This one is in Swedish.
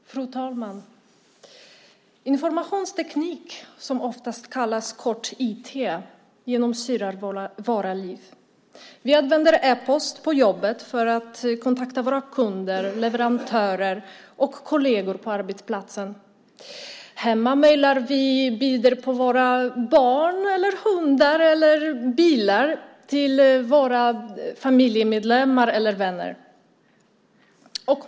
Fru talman! Informationsteknik, som oftast kort kallas IT, genomsyrar våra liv. Vi använder e-post på jobbet för att kontakta våra kunder, leverantörer och kolleger på arbetsplatsen. Hemma mejlar vi bilder på våra barn, hundar eller bilar till våra vänner och familjemedlemmar.